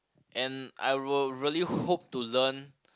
and I will really hope to learn